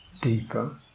deeper